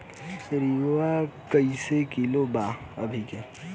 Urea कइसे kilo बा भाव अभी के?